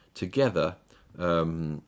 together